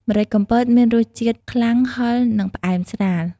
ម្រេចកំពតមានរសជាតិខ្លាំង ហឹរ និងផ្អែមស្រាល។